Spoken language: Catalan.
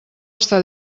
està